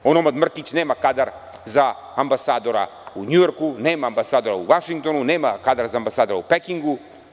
Onomad Mrkić nema kadar za ambasadora u Njujorku, nema ambasadora u Vašingtonu, nema kadar za ambasadora u Pekingu.